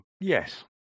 Yes